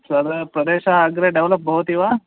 तद् प्रदेशः अग्रे डेवेलप् भवति वा